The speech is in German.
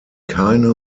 keine